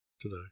Today